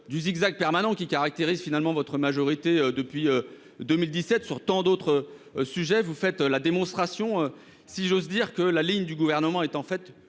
du zigzag permanent qui caractérise finalement votre majorité depuis 2017 sur tant d'autres sujets ! Vous faites la démonstration, si j'ose dire, que la ligne du Gouvernement est en fait